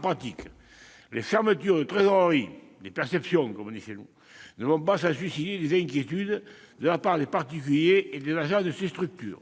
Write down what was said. pratique, toutefois, les fermetures de trésoreries- les perceptions, comme on dit chez nous -ne vont pas sans susciter des inquiétudes de la part des particuliers comme des agents de ces structures.